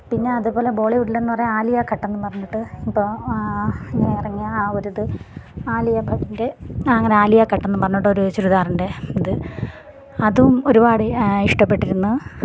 പിന്നെ അതുപോലെ ബോളിവുഡിൽ എന്ന് പറഞ്ഞാൽ ആലിയാ കട്ട് എന്ന് പറഞ്ഞിട്ട് ഇപ്പോൾ ഇങ്ങനെ ഇറങ്ങിയ ആ ഒരിത് ആലിയ ഭട്ടിൻ്റെ അങ്ങനെ ആലിയ കട്ട് എന്ന് പറഞ്ഞിട്ടൊരു ചുരിദാറിൻ്റെ ഇത് അതും ഒരുപാട് ഇഷ്ടപ്പെട്ടിരുന്നു